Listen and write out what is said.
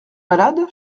malade